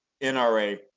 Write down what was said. NRA